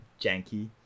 janky